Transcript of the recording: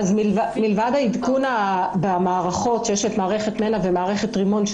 מלבד העדכון במערכות שיש את מערכת מנע ומערכת רימון,